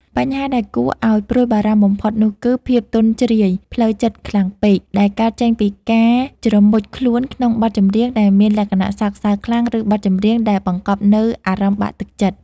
បញ្ហាដែលគួរឱ្យព្រួយបារម្ភបំផុតនោះគឺ ភាពទន់ជ្រាយផ្លូវចិត្តខ្លាំងពេក ដែលកើតចេញពីការជ្រមុជខ្លួនក្នុងបទចម្រៀងដែលមានលក្ខណៈសោកសៅខ្លាំង ឬបទចម្រៀងដែលបង្កប់នូវអារម្មណ៍បាក់ទឹកចិត្ត។